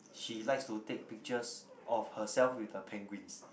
she likes to take pictures of herself with the penguins